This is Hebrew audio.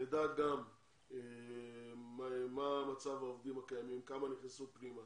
נדע גם מה מצב העובדים הקיימים, כמה נכנסו פנימה